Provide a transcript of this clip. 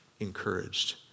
Encouraged